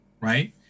right